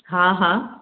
हा हा